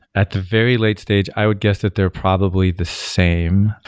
at the very late stage, i would guess that they're probably the same.